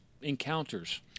encounters